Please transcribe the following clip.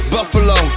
Buffalo